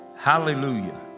Hallelujah